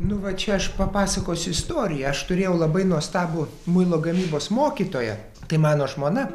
nu va čia aš papasakosiu istoriją aš turėjau labai nuostabų muilo gamybos mokytoją tai mano žmona